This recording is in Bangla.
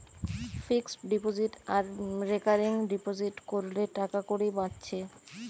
ফিক্সড ডিপোজিট আর রেকারিং ডিপোজিট কোরলে টাকাকড়ি বাঁচছে